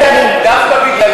אני אומר באמת, דווקא בגלל זה.